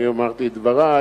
ואני אמרתי את דברי,